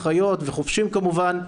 אחיות וחובשים כמובן,